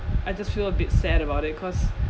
I just feel a bit sad about it cause